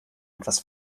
etwas